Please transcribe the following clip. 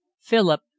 Philip